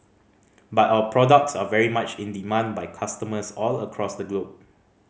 but our products are very much in demand by customers all across the globe